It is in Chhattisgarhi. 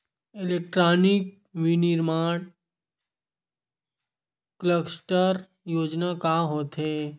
इलेक्ट्रॉनिक विनीर्माण क्लस्टर योजना का होथे?